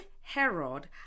Herod